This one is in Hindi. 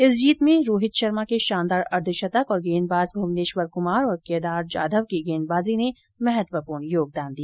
इस जीत में राहित शर्मा के शानदार अर्द्वशतक और गेंदबाज भूवनेश्वर कुमार और केदार जाधव की गैं दबाजी ने महत्वपूर्ण योगदान दिया